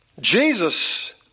Jesus